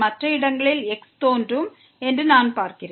மற்ற இடங்களில் x தோன்றும் என்று நான் பார்க்கிறேன்